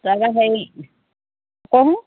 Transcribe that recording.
তাৰপৰা হেৰি